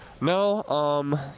No